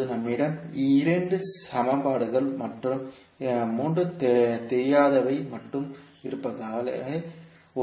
இப்போது நம்மிடம் 2 சமன்பாடுகள் மற்றும் 3 தெரியாதவை மட்டுமே இருப்பதால்